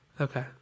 Okay